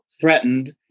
threatened